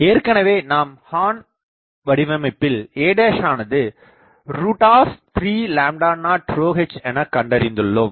ஏற்கனவே நாம் ஹார்ன் வடிவமைப்பில் a ஆனது 30h என கண்டறிந்துள்ளோம்